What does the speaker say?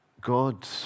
God